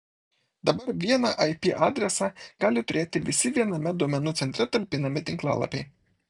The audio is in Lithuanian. dabar vieną ip adresą gali turėti visi viename duomenų centre talpinami tinklalapiai